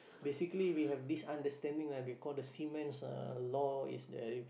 basically we have this understanding lah they call the seamen's uh law if there